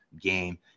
game